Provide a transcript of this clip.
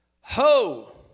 Ho